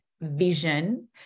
vision